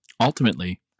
ultimately